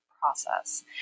process